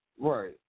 Right